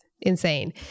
insane